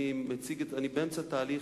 אני באמצע תהליך.